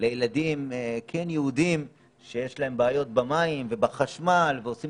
לילדים יהודים שיש להם בעיות במים ובחשמל ועושים